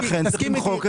ולכן צריך למחוק.